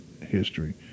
history